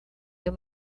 you